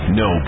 no